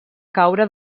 caure